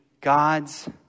God's